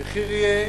המחיר יהיה